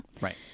Right